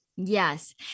Yes